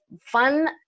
fun